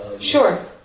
Sure